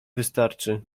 wystarczy